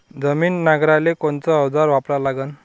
जमीन नांगराले कोनचं अवजार वापरा लागन?